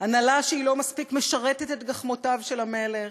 הנהלה שהיא לא מספיק משרתת את גחמותיו של המלך.